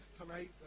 tonight